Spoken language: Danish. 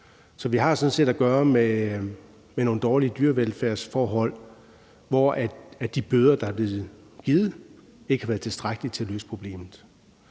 Så vi har sådan set at gøre med nogle dårlige dyrevelfærdsforhold, hvor de bøder, der er blevet givet, ikke har været tilstrækkelige til at løse problemet.